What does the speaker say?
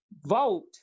vote